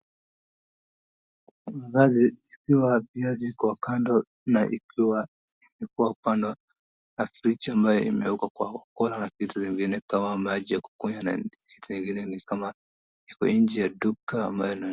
Mavazi zikiwa viazi kwa kando na ikiwa ikiwa kando na friji ambayo imeekwa kwa vitu zingine kama maji ya kukunywa kitu ingine kama iko nje ya duka ambayo.